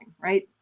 right